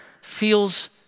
feels